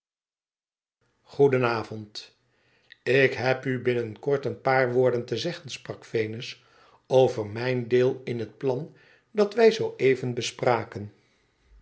goedenavond ik heb u binnen korteeni paar woorden te zeggen sprak venus over mijn deel in het plan dat wij zoo even bespraken